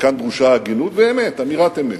וכאן דרושה הגינות ואמת, אמירת אמת,